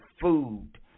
food